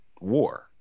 war